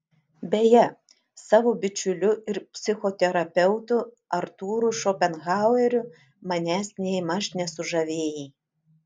beje savo bičiuliu ir psichoterapeutu artūru šopenhaueriu manęs nėmaž nesužavėjai